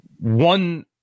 One